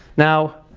now,